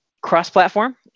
cross-platform